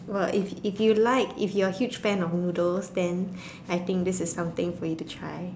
!wah! if if you like if you're a huge fan of noodles then I think this is something for you to try